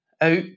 out